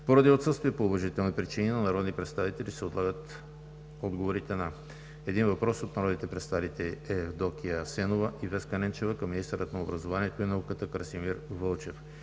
Поради отсъствие по уважителни причини на народни представители се отлагат отговорите на: - един въпрос от народните представители Евдокия Асенова и Веска Ненчева към министъра на образованието и науката Красимир Вълчев;